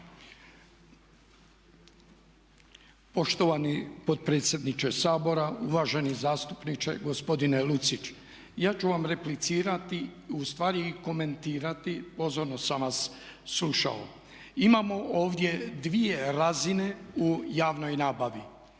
Poštovani potpredsjedniče Sabora, uvaženi zastupniče gospodine Lucić ja ću vam replicirati, ustvari i komentirati pozorno sam vas slušao. Imamo ovdje dvije razine u javnoj nabavi.